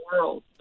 world